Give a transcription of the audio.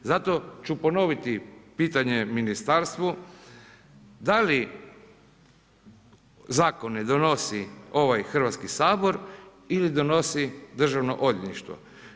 Zato ću ponoviti pitanje ministarstvu, da li zakone donosi ovaj Hrvatski sabor ili donosi Državno odvjetništvo?